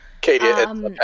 Katie